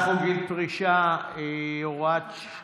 חוק גיל פרישה (הורה שילדו נפטר) (הוראת שעה) (תיקון),